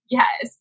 yes